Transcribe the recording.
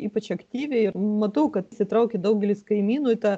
ypač aktyviai ir matau kad įsitraukė daugelis kaimynų į tą